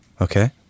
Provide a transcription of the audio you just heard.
Okay